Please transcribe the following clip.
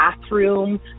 bathroom